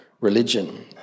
religion